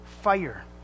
fire